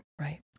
Right